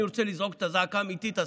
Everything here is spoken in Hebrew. אני רוצה לזעוק את הזעקה האמיתית.